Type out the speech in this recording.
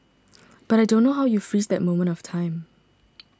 but I don't know how you freeze that moment of time